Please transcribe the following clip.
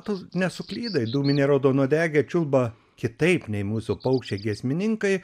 tu nesuklydai dūminė raudonuodegė čiulba kitaip nei mūsų paukščiai giesmininkai